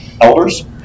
Elders